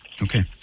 Okay